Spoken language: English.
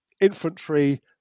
infantry